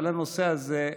אבל הנושא הזה,